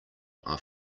are